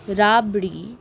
রাবড়ি